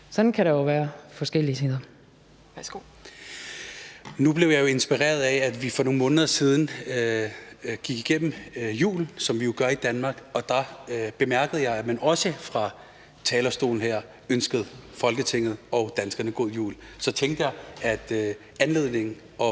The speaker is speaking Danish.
Sikandar Siddique (UFG): Nu blev jeg inspireret af, at vi for nogle måneder siden fejrede julen, som vi jo gør i Danmark, og der bemærkede jeg, at man også fra talerstolen her ønskede Folketinget og danskerne god jul. Og så tænkte jeg, at de